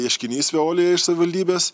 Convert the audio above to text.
ieškinys veolijai iš savivaldybės